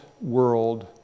world